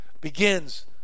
begins